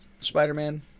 Spider-Man